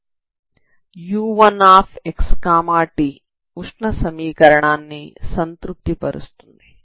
u1xt ఉష్ణ సమీకరణాన్ని సంతృప్తి పరుస్తుంది